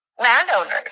landowners